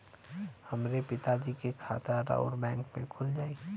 हमरे पिता जी के खाता राउर बैंक में खुल जाई?